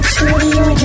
Studio